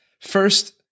First